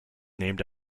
named